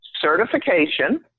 certification